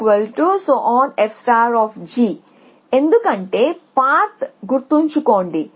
f ఎందుకంటే path గుర్తుంచుకోండి